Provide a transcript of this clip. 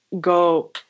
go